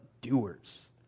doers